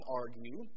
argue